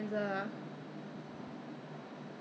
太用功了 ha 太勤劳去洗了反而是